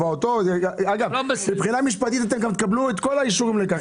אגב, מבחינה משפטית אתם תקבלו את כל האישורים לכך.